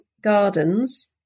gardens